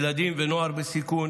ילדים ונוער בסיכון,